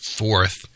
fourth